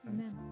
Amen